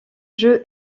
jeu